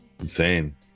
Insane